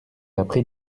appris